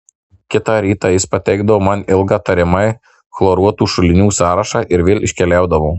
kitą rytą jis pateikdavo man ilgą tariamai chloruotų šulinių sąrašą ir vėl iškeliaudavo